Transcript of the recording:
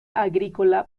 agrícola